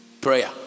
prayer